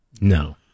No